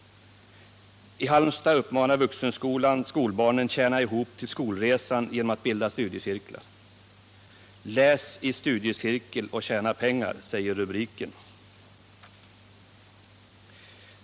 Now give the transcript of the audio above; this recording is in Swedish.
I Halmstad uppmanar Vuxenskolan skolbarnen att tjäna ihop till skolresan genom att bilda studiecirklar. ”Läs i studiecirkel och tjäna pengar”, säger rubriken.